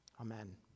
Amen